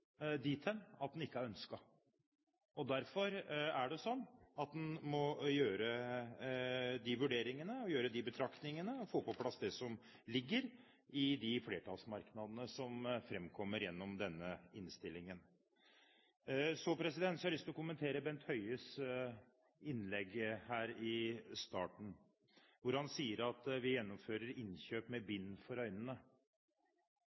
hen at den ikke er ønsket. Derfor må en gjøre de vurderingene, de betraktningene og få på plass det som ligger i de flertallsmerknadene som framkommer gjennom denne innstillingen. Så har jeg lyst til å kommentere Bent Høies innlegg her i starten, hvor han sier at vi gjennomfører innkjøp